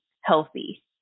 healthy